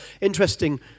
Interesting